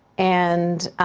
and